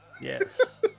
Yes